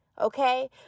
Okay